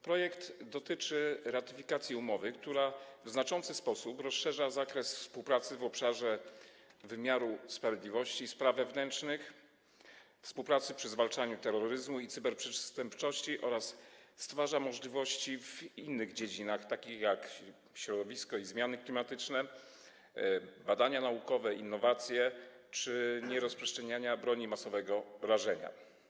Projekt dotyczy ratyfikacji umowy, która w znaczący sposób rozszerza zakres współpracy w obszarach wymiaru sprawiedliwości i spraw wewnętrznych, współpracy przy zwalczaniu terroryzmu i cyberprzestępczości oraz stwarza możliwości w innych dziedzinach, takich jak środowisko i zmiany klimatyczne, badania naukowe, innowacje czy nierozprzestrzenianie broni masowego rażenia.